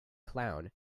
clown